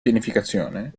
pianificazione